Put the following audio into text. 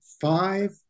five